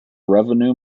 revenue